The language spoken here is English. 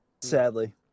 sadly